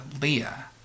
Leah